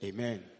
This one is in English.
Amen